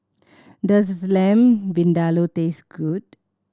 does the Lamb Vindaloo taste good